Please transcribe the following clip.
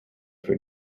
for